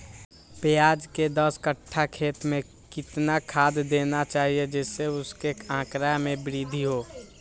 प्याज के दस कठ्ठा खेत में कितना खाद देना चाहिए जिससे उसके आंकड़ा में वृद्धि हो?